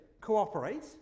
cooperate